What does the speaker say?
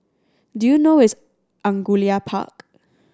do you know where is Angullia Park